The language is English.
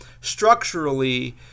structurally